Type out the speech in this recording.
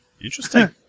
Interesting